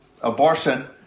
abortion